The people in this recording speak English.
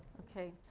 okay,